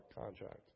contract